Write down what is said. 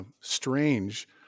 strange